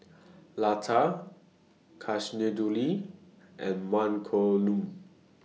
Lata Kasinadhuni and Mankombu